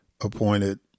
appointed